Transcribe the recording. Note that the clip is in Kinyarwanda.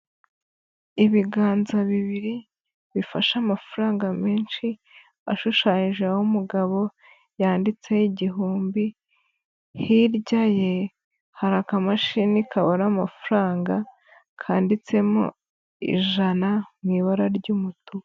Ibiganza bibiri, bifashe amafaranga menshi, ashushanyijeho umugabo yanditseho igihumbi, hirya ye hari akamashini kabara amafaranga, kanditsemo ijana mu ibara ry'umutuku.